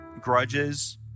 Grudges